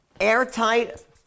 airtight